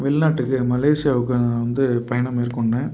வெளிநாட்டுக்கு மலேசியாவுக்கு நான் வந்து பயணம் மேற்கொண்டேன்